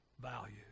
value